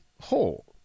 Hole